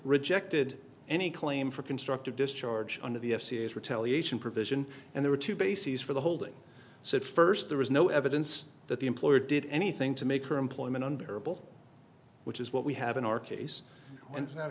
rejected any claim for constructive discharge under the f c s retaliation provision and there were two bases for the holding so at first there was no evidence that the employer did anything to make her employment unbearable which is what we have in our case